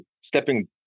stepping